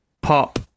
pop